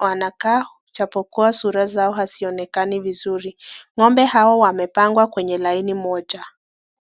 wanakaa japo kuwa sura zao hazionekani vizuri ,ng'ombe hawa wamepangwa kwenye laini moja.